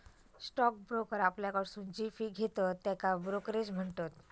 stock broker आपल्याकडसून जी fee घेतत त्येका ब्रोकरेज म्हणतत